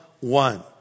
one